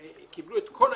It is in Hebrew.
אני מבקש להעיר הערה קצרה.